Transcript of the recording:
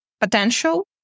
potential